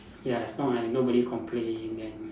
ya as long as nobody complain then